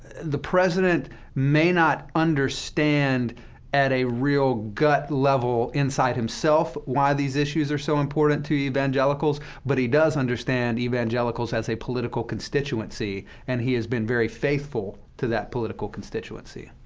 the president may not understand at a real gut level inside himself why these issues are so important to evangelicals, but he does understand evangelicals as a political constituency, and he has been very faithful to that political constituency,